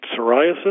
psoriasis